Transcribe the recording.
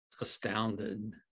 astounded